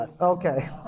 okay